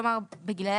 כלומר בגילאי